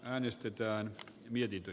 arvoisa puhemies